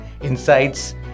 insights